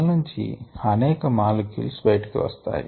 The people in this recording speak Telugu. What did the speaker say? సెల్ నుంచి అనేక మాలిక్యూల్ బయటకు వస్తాయి